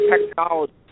technology